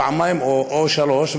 פעמיים או שלוש,